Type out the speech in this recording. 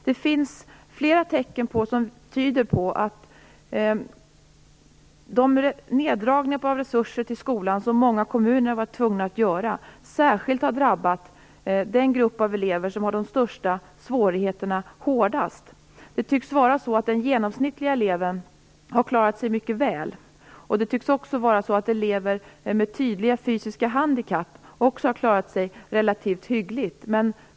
Det finns flera tecken som tyder på att de neddragningar av resurser till skolan som många kommuner var tvungna att göra har hårdast drabbat den grupp av elever som har de största svårigheterna. Det tycks vara så att den genomsnittlige eleven har klarat sig mycket väl. Det tycks också vara så att elever med tydliga fysiska handikapp har klarat sig relativt hyggligt.